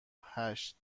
هشت